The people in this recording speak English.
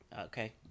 Okay